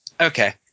Okay